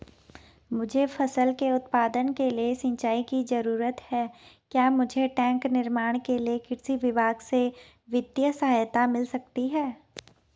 मुझे फसल के उत्पादन के लिए सिंचाई की जरूरत है क्या मुझे टैंक निर्माण के लिए कृषि विभाग से वित्तीय सहायता मिल सकती है?